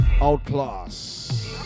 Outclass